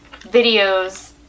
videos